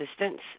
assistance